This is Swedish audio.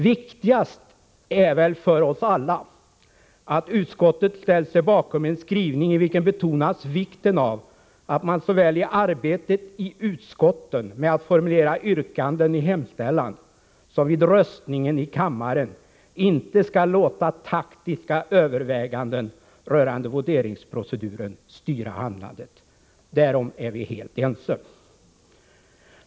Viktigast för oss alla är väl att utskottet har ställt sig bakom en skrivning i vilken betonas vikten av att man såväl i arbetet i utskotten, med att formulera yrkanden i hemställan, som vid röstningen i kammaren inte skall låta taktiska överväganden rörande voteringsproceduren styra handlandet. Därom är vi helt ense.